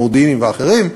המודיעיניים והאחרים,